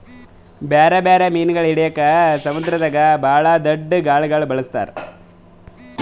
ಬ್ಯಾರೆ ಬ್ಯಾರೆ ಮೀನುಗೊಳ್ ಹಿಡಿಲುಕ್ ಸಮುದ್ರದಾಗ್ ಭಾಳ್ ದೊಡ್ದು ಗಾಳಗೊಳ್ ಬಳಸ್ತಾರ್